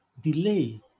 delay